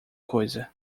coisa